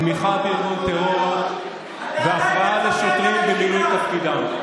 תמיכה בארגון טרור והפרעה לשוטרים במילוי תפקידם.